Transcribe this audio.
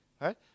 right